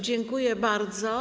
Dziękuję bardzo.